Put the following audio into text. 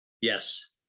Yes